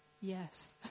yes